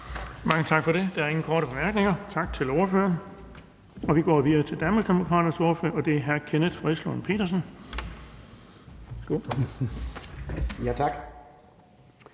Mange tak for det. Der er ingen korte bemærkninger. Tak til ordføreren. Vi går videre til Danmarksdemokraternes ordfører, og det er hr. Kenneth Fredslund Petersen. Værsgo.